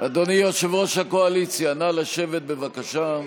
אדוני יושב-ראש הקואליציה, נא לשבת, בבקשה.